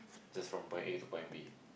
just from point A to point B